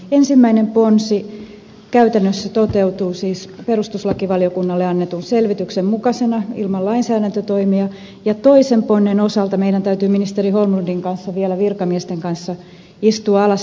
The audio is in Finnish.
ensimmäinen ponsi käytännössä toteutuu perustuslakivaliokunnalle annetun selvityksen mukaisena ilman lainsäädäntötoimia ja toisen ponnen osalta meidän täytyy ministeri holmlundin ja virkamiesten kanssa vielä istua alas